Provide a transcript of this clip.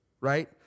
right